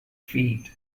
feat